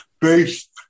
based